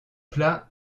plat